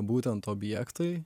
būtent objektai